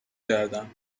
کردم